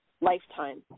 lifetime